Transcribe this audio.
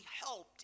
helped